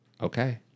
Okay